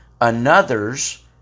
another's